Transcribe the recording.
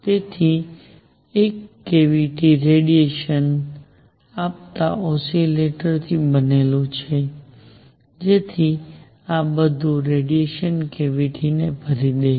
તેથી એક cavity radiation આપતા ઓસિલેટર્સથી બનેલું છે જેથી આ બધું રેડિયેશન કેવીટી ને ભરી દે